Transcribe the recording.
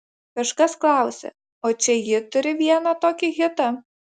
kažkas klausė o čia ji turi vieną tokį hitą